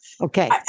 Okay